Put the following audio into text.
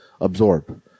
absorb